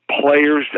players